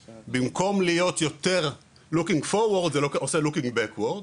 במקום להיות יותר looking for words זה עושה looking back words.